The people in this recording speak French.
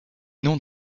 noms